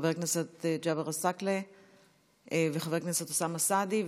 חבר כנסת ג'אבר עסאקלה וחבר הכנסת אוסאמה סעדי,